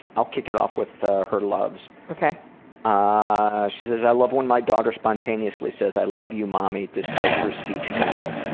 i'll kick it off with ah her loves. ah she says i love when my daughter spontaneously says i love you mommy despite her speech delay.